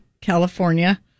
California